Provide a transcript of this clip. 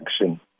action